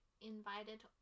invited